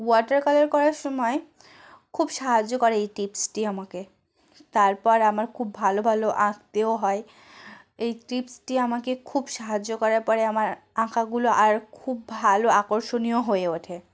water colour করার সময় খুব সাহায্য করে এই টিপসটি আমাকে তারপর আমার খুব ভালো ভালো আঁকতেও হয় এই টিপসটি আমাকে খুব সাহায্য করার পরে আমার আঁকাগুলো আর খুব ভালো আকর্ষণীয় হয়ে ওঠে